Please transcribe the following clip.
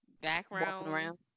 background